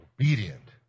obedient